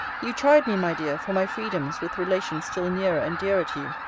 you chide me, my dear, for my freedoms with relations still nearer and dearer to you,